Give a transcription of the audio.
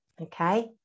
okay